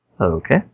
Okay